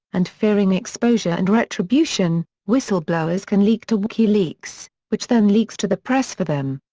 and fearing exposure and retribution, whistleblowers can leak to wikileaks, which then leaks to the press for them.